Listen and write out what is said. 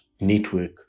network